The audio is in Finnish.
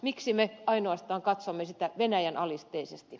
miksi me ainoastaan katsomme sitä venäjälle alisteisesti